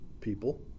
people